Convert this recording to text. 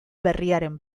berriaren